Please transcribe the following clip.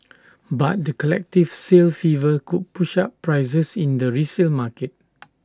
but the collective sale fever could push up prices in the resale market